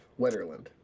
Wetterland